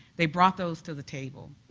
they brought those to the table.